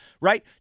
right